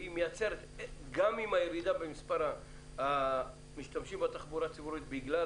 גם עם הירידה במספר המשתמשים בתחבורה הציבורית בגלל